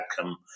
come